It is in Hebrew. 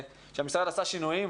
שהמשרד עשה שינויים,